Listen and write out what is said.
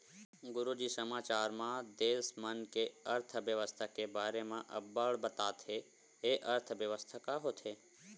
गुरूजी समाचार म देस मन के अर्थबेवस्था के बारे म अब्बड़ बताथे, ए अर्थबेवस्था का होथे?